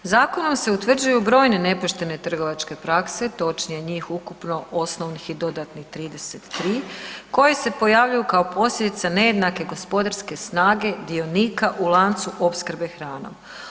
Zakonom se utvrđuju brojne nepoštene trgovačke prakse, točnije njih ukupno osnovnih i dodatnih 33 koje se pojavljuju kao posljedica nejednake gospodarske snage dionika u lancu opskrbe hranom.